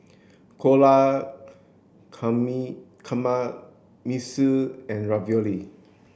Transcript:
Dhokla Kamameshi and Ravioli